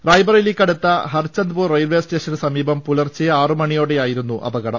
റായ്ബറേലിക്ക് അടുത്ത ഹർചന്ദ്പൂർ റെയിൽവേ സ്റ്റേഷന് സമീപം പുലർച്ചെ ആറു മണിയോടെയായിരുന്നു അപകടം